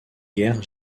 guerres